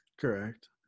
Correct